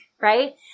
right